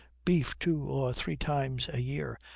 beef two or three times a year,